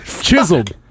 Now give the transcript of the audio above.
Chiseled